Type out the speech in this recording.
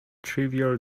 trivial